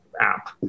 app